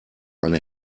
eine